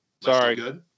Sorry